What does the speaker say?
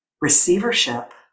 Receivership